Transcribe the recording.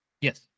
yes